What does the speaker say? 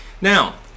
now